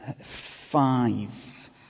Five